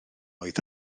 oedd